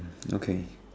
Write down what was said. okay